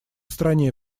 стране